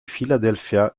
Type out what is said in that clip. philadelphia